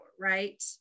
right